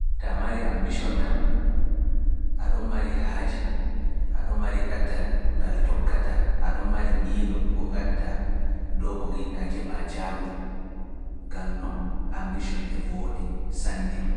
Ta mari ambition kam, aɗa mari haaje, aɗa mari ɗatal ngal tokkata, aɗa mari ñiilo ngo gatta, dow ko ngiɗɗa keɓa jaango, gano ambition e vooɗi sanne.